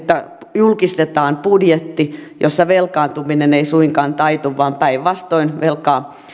julkistetaan budjetti jossa velkaantuminen ei suinkaan taitu vaan päinvastoin velkaa